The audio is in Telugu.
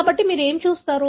కాబట్టి మీరు ఏమి చూస్తారు